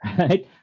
right